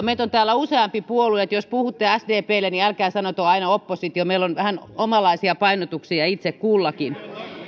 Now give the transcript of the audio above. meitä on täällä useampi puolue eli jos puhutte sdplle niin älkää sanoko aina oppositio meillä on vähän omanlaisia painotuksia itse kullakin